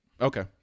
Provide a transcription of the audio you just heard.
Okay